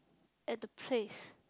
at the place